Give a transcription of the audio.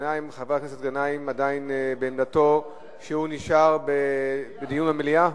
חבר הכנסת גנאים עדיין בעמדתו, דיון במליאה.